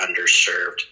underserved